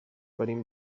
venim